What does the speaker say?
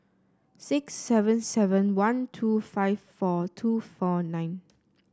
six seven seven one two five four two four nine